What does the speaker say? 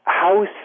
House